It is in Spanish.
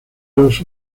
los